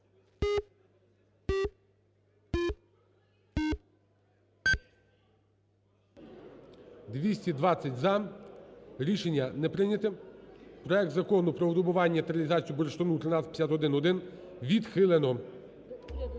220 – за. Рішення не прийняте. Проект Закону про видобування та реалізацію бурштину 1351-1 відхилено.